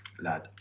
lad